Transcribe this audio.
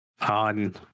on